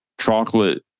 chocolate